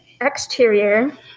Exterior